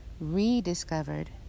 rediscovered